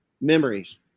memories